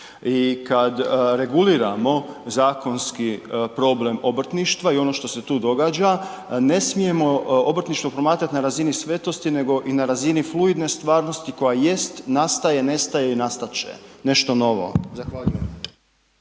I kad reguliramo zakonski problem obrtništva i ono što se tu događa, ne smijemo obrtništvo promatrati na razini svetosti nego i na razini fluidne stvarnost koja jest, nastaje, nestaje i nastat će, nešto novo.